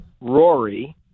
Rory